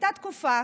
הייתה תקופה